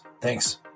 Thanks